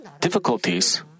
difficulties